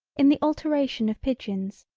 in the alteration of pigeons,